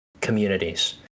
communities